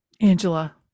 Angela